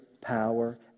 power